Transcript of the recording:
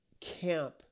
camp